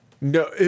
No